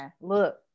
look